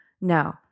no